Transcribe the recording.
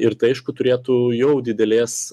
ir tai aišku turėtų jau didelės